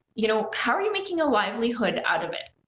you know, how are you making a livelihood out of it?